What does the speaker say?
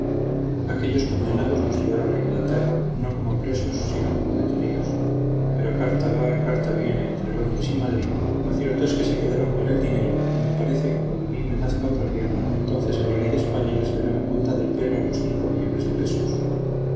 aquellos condenados nos llevaron a inglaterra no como presos sino como detenidos pero carta va carta viene entre londres y madrid lo cierto es que se quedaron con el dinero y me parece que cuando a mí me nazca otra pierna entonces el rey de españa les verá la punta del pelo a los cinco millones de pesos